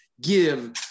give